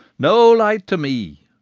no light to me,